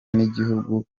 n’igihugu